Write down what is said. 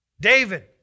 David